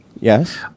Yes